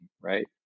right